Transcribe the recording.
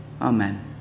Amen